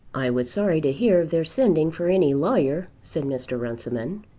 i was sorry to hear of their sending for any lawyer, said mr. runciman.